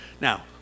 Now